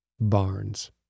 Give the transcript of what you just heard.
Barnes